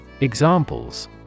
Examples